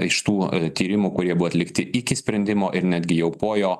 iš tų tyrimų kurie buvo atlikti iki sprendimo ir netgi jau po jo